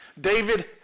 david